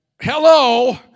Hello